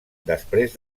després